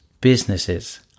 businesses